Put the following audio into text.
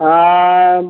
हाँ